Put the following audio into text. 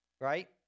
right